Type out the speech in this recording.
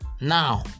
Now